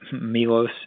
Milos